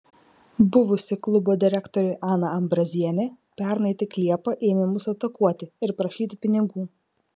buvusi klubo direktorė ana ambrazienė pernai tik liepą ėmė mus atakuoti ir prašyti pinigų